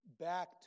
Back